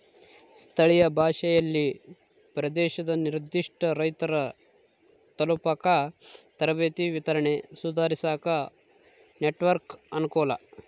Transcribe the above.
ಸ್ಥಳೀಯ ಭಾಷೆಯಲ್ಲಿ ಪ್ರದೇಶದ ನಿರ್ಧಿಷ್ಟ ರೈತರ ತಲುಪಾಕ ತರಬೇತಿ ವಿಸ್ತರಣೆ ಸುಧಾರಿಸಾಕ ನೆಟ್ವರ್ಕ್ ಅನುಕೂಲ